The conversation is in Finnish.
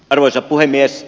arvoisa puhemies